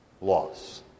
loss